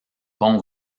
pont